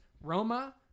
Roma